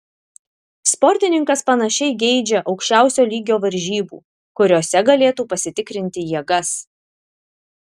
sportininkas panašiai geidžia aukščiausio lygio varžybų kuriose galėtų pasitikrinti jėgas